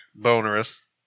Bonerous